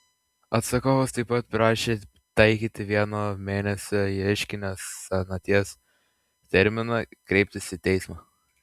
atsakovas taip pat prašė taikyti vieno mėnesio ieškinio senaties terminą kreiptis į teismą